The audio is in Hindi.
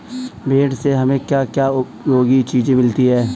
भेड़ से हमें क्या क्या उपयोगी चीजें मिलती हैं?